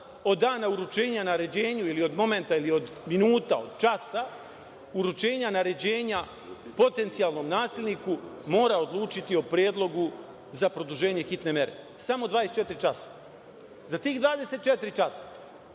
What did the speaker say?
od dana uručenja naređenju ili od momenta, ili od minuta, od časa, uručenja naređenja potencijalnom nasilniku mora odlučiti o predlogu za produženje hitne mere, samo 24 časa. Za tih 24 časa